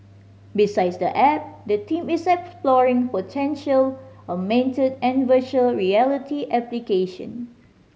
besides the app the team is exploring potential and virtual reality application